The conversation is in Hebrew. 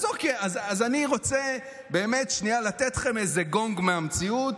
אז אני רוצה שנייה לתת לכם איזה גונג מהמציאות,